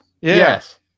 Yes